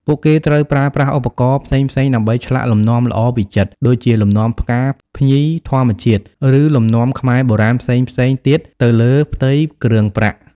ពួកគេត្រូវប្រើប្រាស់ឧបករណ៍ផ្សេងៗដើម្បីឆ្លាក់លំនាំល្អវិចិត្រ ដូចជាលំនាំផ្កា ភ្ញី ធម្មជាតិ ឬលំនាំខ្មែរបុរាណផ្សេងៗទៀតទៅលើផ្ទៃគ្រឿងប្រាក់។